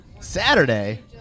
Saturday